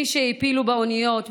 מי שהעפילו באוניות,